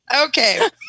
Okay